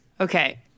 Okay